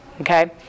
Okay